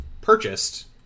purchased